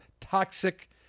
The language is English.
toxic